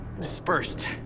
dispersed